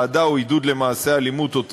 אהדה או עידוד למעשה אלימות או טרור,